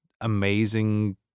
amazing